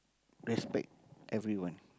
respect everyone